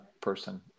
person